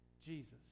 Jesus